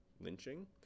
lynching